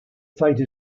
fate